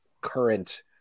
current